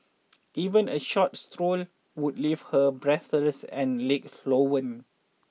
even a short stroll would leave her breathless and legs swollen